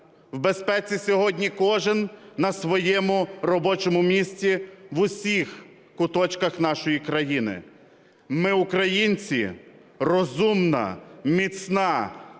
в безпеці сьогодні кожен на своєму робочому місці, в усіх куточках нашої країни. Ми українці – розумна, міцна,